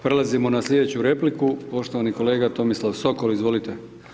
Prelazimo na sljedeću repliku, poštovani kolega Tomislav Sokol, izvolite.